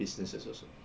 home businesses also